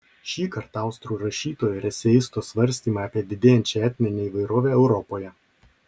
šįkart austrų rašytojo ir eseisto svarstymai apie didėjančią etninę įvairovę europoje